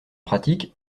pratique